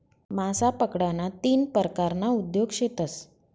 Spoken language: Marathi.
मासा पकडाना तीन परकारना उद्योग शेतस